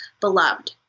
beloved